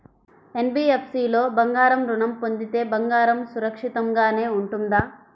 NBFC లో బంగారు ఋణం పొందితే బంగారం సురక్షితంగానే ఉంటుందా?